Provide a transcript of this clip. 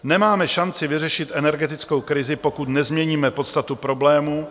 Nemáme šanci vyřešit energetickou krizi, pokud nezměníme podstatu problémů.